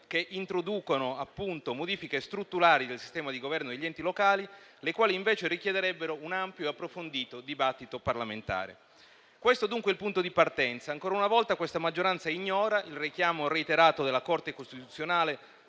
che introducono, appunto, modifiche strutturali del sistema di governo degli enti locali, le quali invece richiederebbero un ampio e approfondito dibattito parlamentare. Questo, dunque, è il punto di partenza. Ancora una volta la maggioranza ignora il richiamo reiterato della Corte costituzionale